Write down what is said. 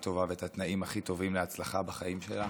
טובה ואת התנאים הכי טובים להצלחה בחיים שלה,